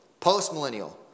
postmillennial